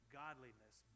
godliness